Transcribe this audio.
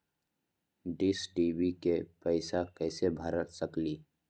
Dish TV के पैईसा कईसे भर सकली?